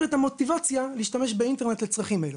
את המוטיבציה להשתמש באינטרנט לצרכים אלו.